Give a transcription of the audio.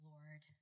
Lord